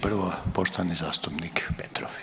Prvo poštovani zastupnik Pertov.